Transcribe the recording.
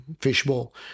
fishbowl